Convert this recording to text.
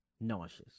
Nauseous